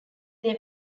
them